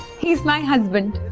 he is my husband